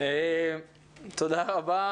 תודה רבה.